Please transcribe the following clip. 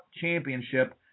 championship